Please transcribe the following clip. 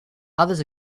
others